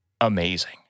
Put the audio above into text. amazing